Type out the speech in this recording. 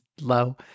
low